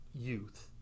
youth